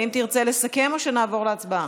האם תרצה לסכם או שנעבור להצבעה?